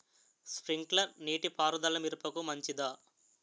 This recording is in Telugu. స్ప్రింక్లర్ నీటిపారుదల మిరపకు మంచిదా?